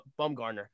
Bumgarner